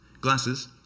Glasses